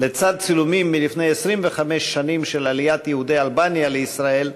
לצד צילומים מלפני 25 שנים של עליית יהודי אלבניה לישראל,